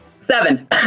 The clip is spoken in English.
seven